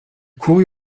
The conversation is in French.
courut